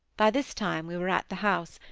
by this time we were at the house,